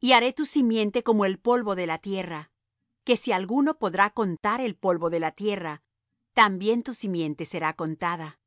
y haré tu simiente como el polvo de la tierra que si alguno podrá contar el polvo de la tierra también tu simiente será contada